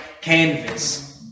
canvas